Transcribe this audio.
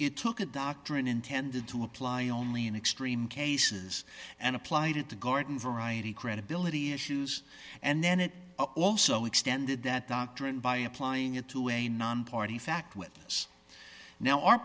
it took a doctrine intended to apply only in extreme cases and applied it to garden variety credibility issues and then it also extended that doctrine by applying it to a nonparty fact witness now our